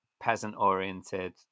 peasant-oriented